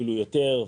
אפילו יותר,